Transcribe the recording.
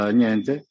niente